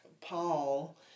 Paul